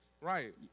right